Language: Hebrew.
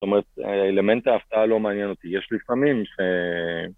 ‫זאת אומרת, אלמנט ההפתעה ‫לא מעניין אותי. יש לפעמים ש...